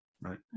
right